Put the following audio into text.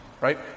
right